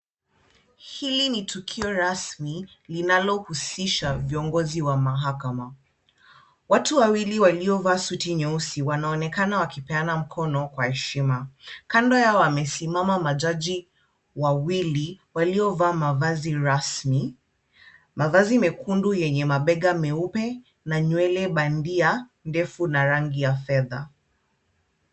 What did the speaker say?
Hili ni tukio rasmi linalohusisha viongozi wa mahakama. Watu wawili waliovaa suti nyeusi wanaonekana wakipeana mkono kwa heshima. Kando yao wamesimama majaji wawili waliovaa mavazi rasmi, mavazi mekundu yenye mabega meupe na nywele bandia ndefu na rangi ya fedha.